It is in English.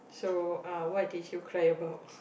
so uh what did you cry about